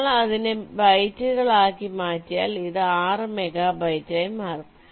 നിങ്ങൾ അതിനെ ബൈറ്റുകളാക്കി മാറ്റിയാൽ ഇത് 6 മെഗാബൈറ്റായി മാറും